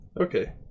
Okay